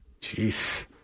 Jeez